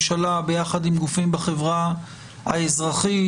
גופים בחברה האזרחית,